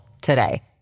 today